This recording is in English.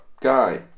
guy